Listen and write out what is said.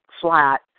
flat